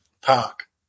park